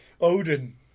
Odin